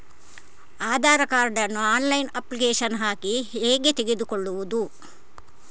Aadhaar card ನ್ನು online application ಹಾಕಿ ಹೇಗೆ ತೆಗೆದುಕೊಳ್ಳುವುದು?